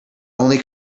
only